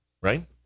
Right